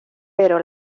pero